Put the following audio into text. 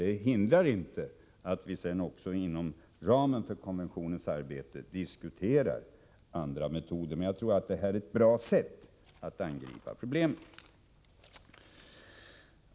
Det hindrar inte att vi inom ramen för kommissionens arbete diskuterar även andra metoder, men jag tycker att det här är ett bra sätt att angripa problemet.